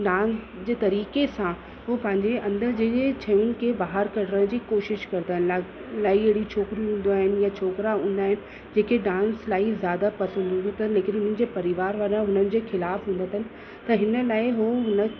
dance जे तरीक़े सां हू पंहिंजे अंदरि जे शयुनि खे ॿाहिरि कढण जी कोशिश कंदा आहिनि लाइ इलाही अहिड़ियूं छोकिरियूं हूंदियूं आहिनि या छोकिरा हूंदा आहिनि जेके डांस इलाही ज़्यादा पसंदि हूंदी अथनि पर उन्हनि जे परिवार वारा हुननि जे खिलाफ़ु हूंदा अथनि त हिन लाइ हू हुन